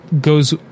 goes